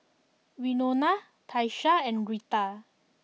Winona Tyesha and Rheta